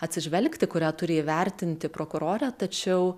atsižvelgti kurią turi įvertinti prokurorė tačiau